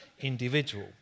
individual